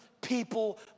people